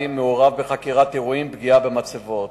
מעורב בחקירת אירועים של פגיעה במצבות.